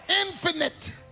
infinite